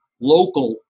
local